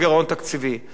והדבר השלישי,